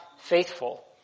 faithful